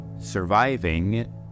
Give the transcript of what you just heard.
surviving